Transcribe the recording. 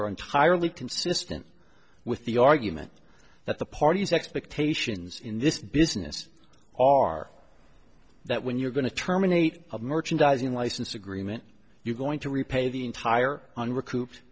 are entirely consistent with the argument that the parties expectations in this business are that when you're going to terminate a merchandizing license agreement you're going to repay the entire on recoup